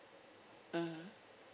mm